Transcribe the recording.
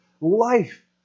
Life